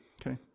okay